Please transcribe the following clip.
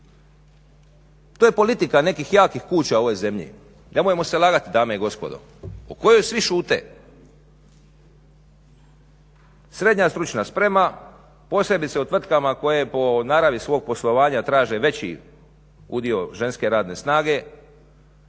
To je politika nekih jakih kuća u ovoj zemlji, nemojmo se lagati dame i gospodo o kojoj svi šute. SSS posebice u tvrtkama koje po naravi svog poslovanja traže veći udio ženske radne snage